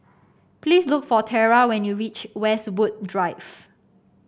please look for Terra when you reach Westwood Drive